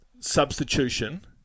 Substitution